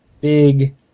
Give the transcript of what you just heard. big